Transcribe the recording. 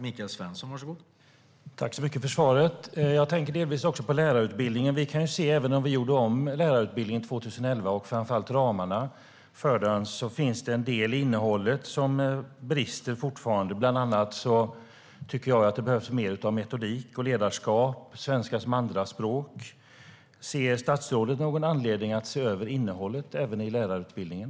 Herr talman! Tack så mycket för svaret. Jag tänker delvis också på lärarutbildningen. Även om vi gjorde om lärarutbildningen 2011 och framför allt ramarna för den finns det en del i innehållet som fortfarande brister. Bland annat tycker jag att det behövs mer av metodik och ledarskap och svenska som andraspråk. Ser statsrådet någon anledning att se över innehållet även i lärarutbildningen?